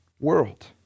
world